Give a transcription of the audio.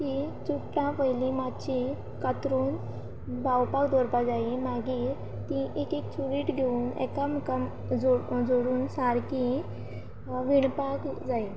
तीं चुट्टां पयलीं मात्शी कातरून भावपाक दवरपा जायीं मागीर तीं एक एक चुडीत घेवन एकामेकाक जोडून सारकीं विणपाक जाय